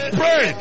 pray